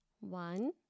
One